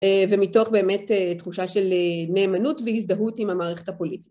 ומתוך באמת תחושה של נאמנות והזדהות עם המערכת הפוליטית.